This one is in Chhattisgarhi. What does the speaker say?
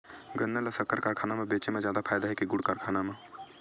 गन्ना ल शक्कर कारखाना म बेचे म जादा फ़ायदा हे के गुण कारखाना म?